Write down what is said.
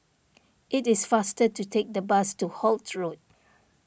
it is faster to take the bus to Holt Road